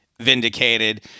vindicated